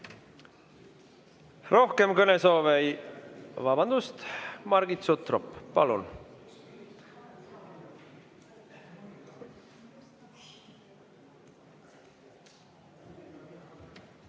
Rohkem kõnesoove ei ... Vabandust! Margit Sutrop, palun!